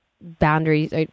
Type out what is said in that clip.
boundaries